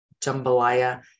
jambalaya